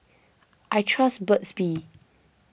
I trust Burt's Bee